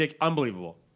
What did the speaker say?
unbelievable